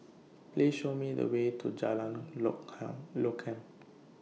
Please Show Me The Way to Jalan Lokam